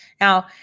Now